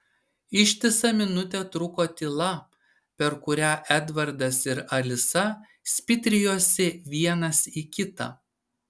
ištisą minutę truko tyla per kurią edvardas ir alisa spitrijosi vienas į kitą